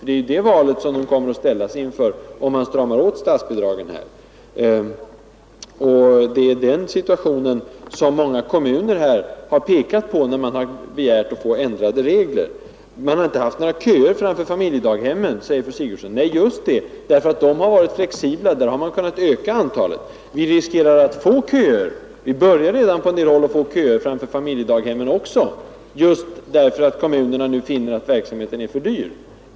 Det är ju det valet som de kommer att ställas inför, om man här stramar åt statsbidragen. Det är också den situationen som många kommuner har pekat på när man har begärt att få ändrade regler. Det har inte varit några köer framför familjedaghemmen, säger fru Sigurdsen. Nej, just det, därför att de har varit flexibla. Där har man kunnat öka antalet platser. Vi riskerar att få köer, och vi börjar redan på en del håll att få köer också framför familjedaghemmen, därför att kommunerna nu finner att verksamheten är för dyr.